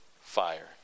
fire